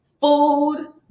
food